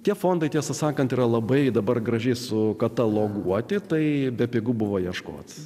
tie fondai tiesą sakant yra labai dabar graži su kataloguoti tai bepigu buvo ieškot